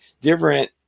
different